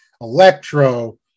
Electro